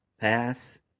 pass